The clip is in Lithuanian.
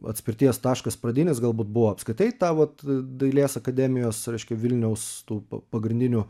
atspirties taškas pradinis galbūt buvo apskritai ta vat dailės akademijos reiškia vilniaus tų pa pagrindinių